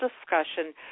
discussion